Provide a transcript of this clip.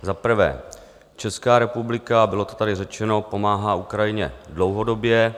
Za prvé, Česká republika a bylo to tady řečeno pomáhá Ukrajině dlouhodobě.